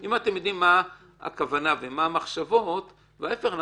אם אתם יודעים מה הכוונה ומה המחשבות וההיפך,